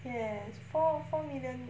yes four four million